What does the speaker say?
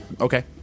okay